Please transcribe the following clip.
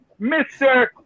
Mr